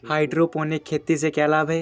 Hydroponic खेती से क्या लाभ हैं?